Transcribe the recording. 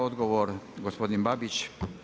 Odgovor gospodin Babić.